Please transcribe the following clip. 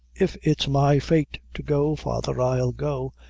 if it's my fate to go, father, i'll go,